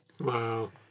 Wow